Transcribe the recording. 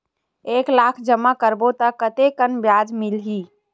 एक लाख जमा करबो त कतेकन ब्याज मिलही?